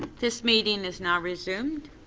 this meeting is now reassumed.